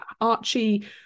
Archie